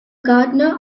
gardener